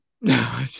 No